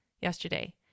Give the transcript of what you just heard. yesterday